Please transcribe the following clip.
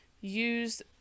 use